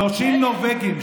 30 נורבגים.